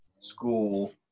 school